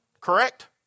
correct